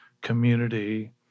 community